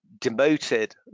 demoted